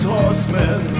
horsemen